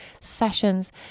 sessions